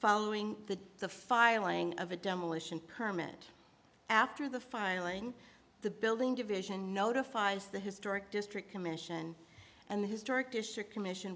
following the the filing of a demolition permit after the filing the building division notifies the historic district commission and the historic district commission